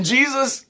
Jesus